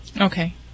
Okay